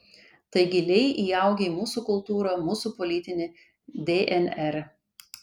tai giliai įaugę į mūsų kultūrą mūsų politinį dnr